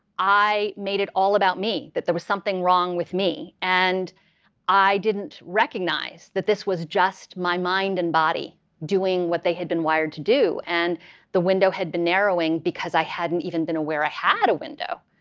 i made it all about me, that there was something wrong with me. and i didn't recognize that this was just my mind and body doing what they had been wired to do. and the window had been narrowing because i hadn't even been aware i had a window,